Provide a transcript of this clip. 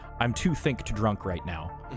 I'm-too-think-to-drunk-right-now